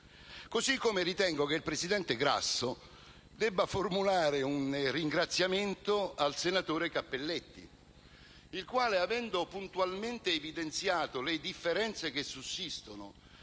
modo, ritengo che il presidente Grasso debba formulare un ringraziamento al senatore Cappelletti, il quale, avendo puntualmente evidenziato le differenze che sussistono